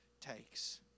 takes